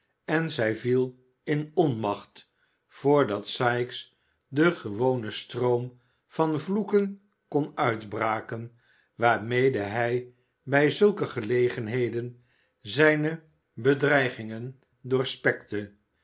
en zij viel in onmacht voordat sikes den gewonen stroom van vloeken kon uitbraken waarmede hij bij zulke gelegenheden zijne bedreigingen